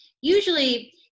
usually